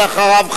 ואחריו,